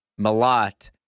Malat